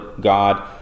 God